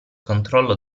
controllo